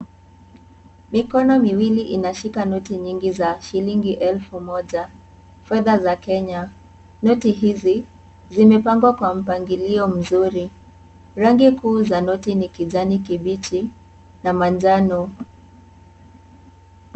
Mikono miwili inashika noti nyingi za shilingi elfu moja, fedha za Kenya. Noti hizi, zimepangwa kwa mpangilio mzuri. Rangi kuu za noti ni kijani kibichi na manjano.